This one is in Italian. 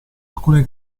alcune